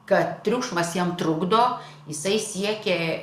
kad triukšmas jam trukdo jisai siekia